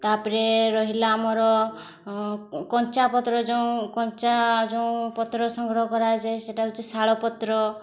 ତା'ପରେ ରହିଲା ଆମର କଞ୍ଚାପତ୍ର ଯେଉଁ କଞ୍ଚା ଯେଉଁ ପତ୍ର ସଂଗ୍ରହ କରାଯାଏ ସେଟା ହେଉଛି ଶାଳପତ୍ର